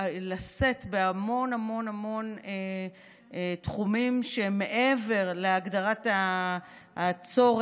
לשאת בהמון המון המון תחומים שהם מעבר להגדרת הצורך